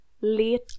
Late